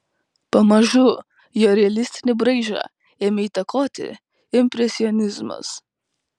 pamažu jo realistinį braižą ėmė įtakoti impresionizmas